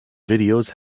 videos